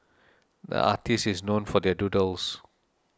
the artist is known for their doodles